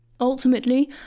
Ultimately